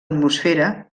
atmosfera